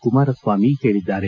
ಕುಮಾರಸ್ವಾಮಿ ಹೇಳಿದ್ದಾರೆ